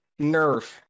nerf